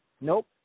Nope